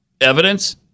evidence